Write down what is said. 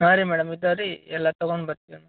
ಹಾಂ ರೀ ಮೇಡಮ್ ಇದ್ದಾವೆ ರೀ ಎಲ್ಲ ತಗೊಂಡು ಬರ್ತೀನಿ